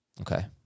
Okay